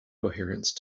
coherence